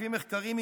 לפי מחקרים,